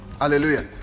Hallelujah